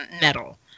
metal